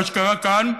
מה שקרה כאן,